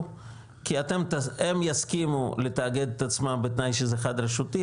כי הם יסכימו לתאגד את עצמם בתנאי שזה חד-רשותי,